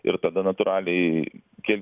ir tada natūraliai kelsis